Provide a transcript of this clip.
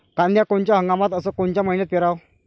कांद्या कोनच्या हंगामात अस कोनच्या मईन्यात पेरावं?